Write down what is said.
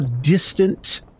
distant